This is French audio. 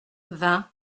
vingt